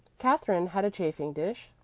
katherine had a chafing-dish,